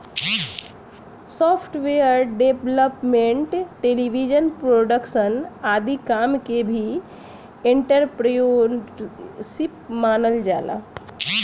software development television production आदि काम के भी एंटरप्रेन्योरशिप मानल जाला